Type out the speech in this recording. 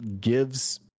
gives